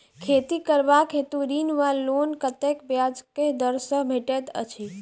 खेती करबाक हेतु ऋण वा लोन कतेक ब्याज केँ दर सँ भेटैत अछि?